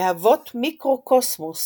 מהוות מיקרוקוסמוס